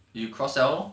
you cross sell loh